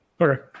Okay